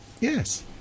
Yes